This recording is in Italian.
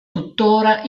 tuttora